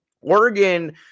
Oregon